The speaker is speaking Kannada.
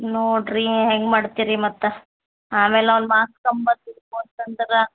ನೋಡಿರಿ ಹೆಂಗೆ ಮಾಡ್ತೀರಿ ಮತ್ತು ಆಮೇಲೆ ಅವ್ನ ಮಾರ್ಕ್ಸ್ ಕಮ್ಮಿ ಬಂತು ಇದು ಅಂತಂದ್ರೆ